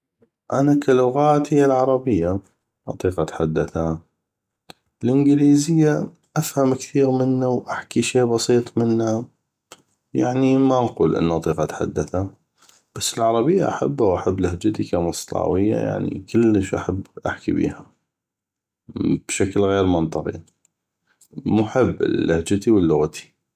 أنا ك لغات هيه العربيه اطيق اتحدثه الانكليزية افهم كثيغ منه واحكي شي بسيط منه ويعني ما نقول ما اطيق انو اتحدثه بس العربية احبه واحب لهجتي كمصلاوي كلش احب احكي بيها بشكل غير منطقي محب للهجتي وللغتي